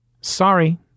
Sorry